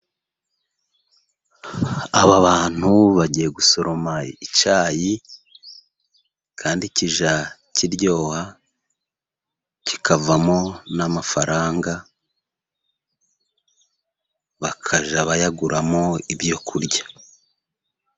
Aba bantu bagiye gusoroma icyayi, kandi kijya kiryoha, kikavamo n'amafaranga, bakajya bayaguramo ibyo kurya.